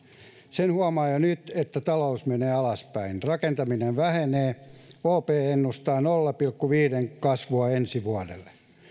sen huomaa jo nyt että talous menee alaspäin rakentaminen vähenee op ennustaa nolla pilkku viiden kasvua ensi vuodelle